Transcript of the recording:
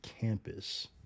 campus